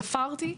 ספרתי,